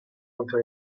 contro